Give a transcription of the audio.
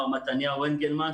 מר מתניהו אנגלמן,